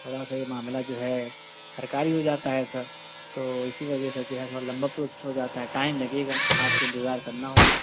تھوڑا سا یہ معاملہ جو ہے سرکاری ہو جاتا ہے سر تو اِسی وجہ سے جو ہے تھوڑا لمبا پروسیس ہو جاتا ہے ٹائم لگے گا آپ کو اِنتظار کرنا ہوگا